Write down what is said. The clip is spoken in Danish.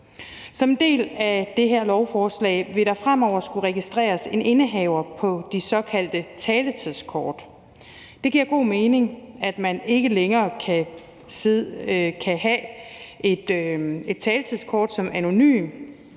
Som en del af det her lovforslag vil der fremover skulle registreres en indehaver på de såkaldte taletidskort. Det giver god mening, at man ikke længere kan have et taletidskort som anonym.